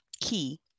key